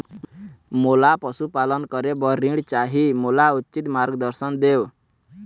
मोला पशुपालन करे बर ऋण चाही, मोला उचित मार्गदर्शन देव?